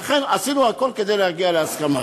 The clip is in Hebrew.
עשינו הכול כדי להגיע להסכמה.